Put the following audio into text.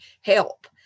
help